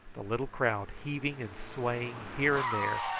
the little crowd heaving and swaying here and there,